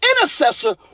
intercessor